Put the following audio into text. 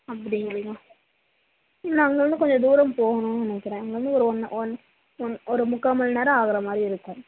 அப்படிங்களா இல்லை அங்கே இருந்து கொஞ்சம் தூரம் போகணும்னு நினைக்கிறேன் அங்கிருந்து ஒரு ஒன்று ஒன் ஒன் ஒரு முக்கால் மணி நேரம் ஆகிற மாதிரி இருக்கும்